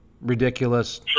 ridiculous